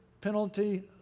penalty